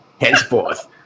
Henceforth